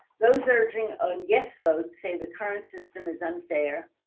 those urging a yes vote say the current system is unfair.